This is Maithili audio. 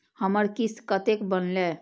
हमर किस्त कतैक बनले?